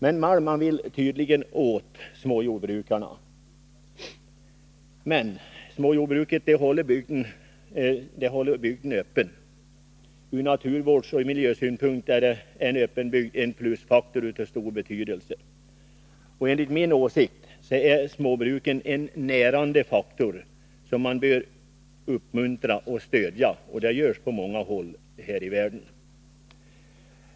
Men Malm vill tydligen åt småjordbrukarna. Småjordbruket håller bygden öppen. Ur naturvårdsoch miljösynpunkt är en öppen bygd en plusfaktor av stor betydelse. Enligt min åsikt är småbruken en närande faktor, som man bör uppmuntra och stödja. Det görs också på många håll i världen.